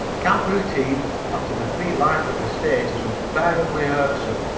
camp routine after the free life of the stage is unbearably irksome.